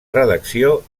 redacció